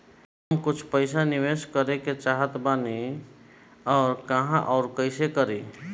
हम कुछ पइसा निवेश करे के चाहत बानी और कहाँअउर कइसे करी?